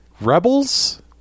rebels